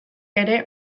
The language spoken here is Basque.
ere